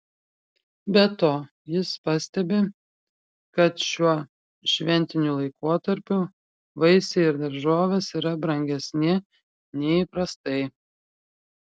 be to jis pastebi kad šiuo šventiniu laikotarpiu vaisiai ir daržovės yra brangesni nei įprastai